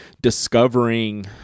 discovering